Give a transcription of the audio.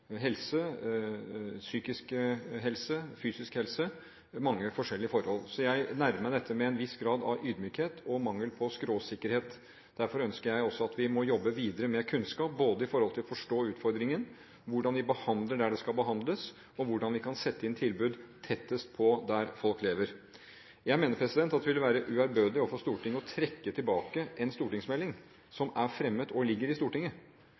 psykisk helse, fysisk helse og mange forskjellige forhold, så jeg nærmer meg dette med en viss grad av ydmykhet og mangel på skråsikkerhet. Derfor ønsker jeg at vi må jobbe videre med kunnskap for å forstå utfordringen – hvordan vi behandler der det skal behandles, og hvordan vi kan sette inn tilbud tettest på der folk lever. Jeg mener det ville være uærbødig overfor Stortinget å trekke tilbake en stortingsmelding som er fremmet, og som ligger i Stortinget.